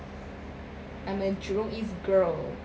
I'm a jurong east girl